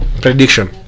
prediction